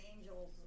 angels